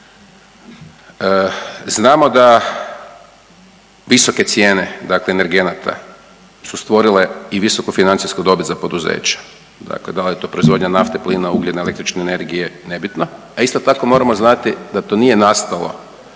znamo da visoke cijene, dakle energenata su stvorile i visoku financijsku dobit za poduzeća. Dakle, da li je to proizvodnja nafte, plina, ugljena, električne energije nebitno. A isto tako moramo znati da to nije nastalo,